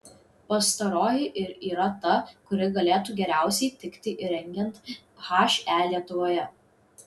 pastaroji ir yra ta kuri galėtų geriausiai tikti įrengiant he lietuvoje